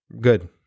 Good